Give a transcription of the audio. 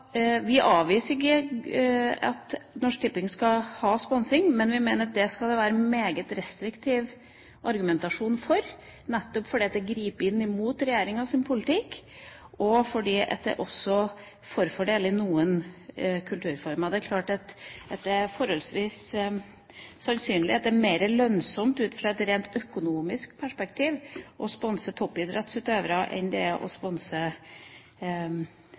vi avviser ikke at Norsk Tipping skal ha sponsing, men vi mener at det skal det være en meget restriktiv argumentasjon for, nettopp fordi det griper inn mot regjeringas politikk, og fordi det også forfordeler i noen kulturformer. Det er klart at det er forholdsvis sannsynlig at det er mer lønnsomt, ut fra et rent økonomisk perspektiv, å sponse toppidrettsutøvere enn å sponse